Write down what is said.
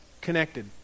connected